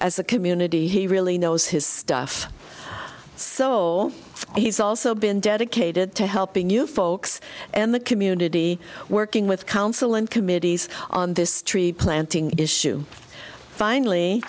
as a community he really knows his stuff so he's also been dedicated to helping you folks and the community working with council and committees on this tree planting issue finally